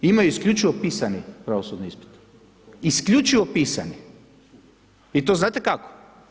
Imaju isključivo pisani pravosudni ispit, isključivo pisani i to znate kako?